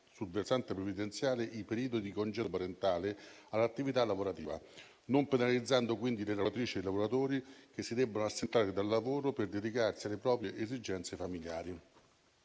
sul versante previdenziale i periodi di congedo parentale all'attività lavorativa, non penalizzando quindi le lavoratici e i lavoratori che si debbono assentare dal lavoro per dedicarsi alle proprie esigenze familiari.